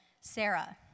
Sarah